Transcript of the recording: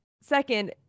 second